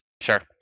Sure